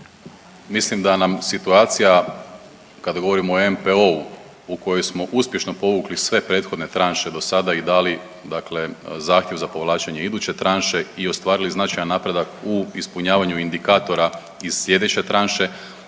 Mislim da nam situacija kada govorimo o NPO-u u koje smo uspješno povukli sve prethodne tranše dosada i dali dakle zahtjev za povlačenje iduće tranše i ostvarili značajan napredak u ispunjavanju indikatora iz slijedeće tranše